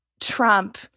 trump